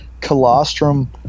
colostrum